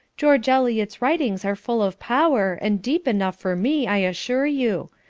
george eliot's writings are full of power, and deep enough for me, i assure you.